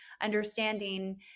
understanding